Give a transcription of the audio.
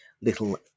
little